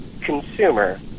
consumer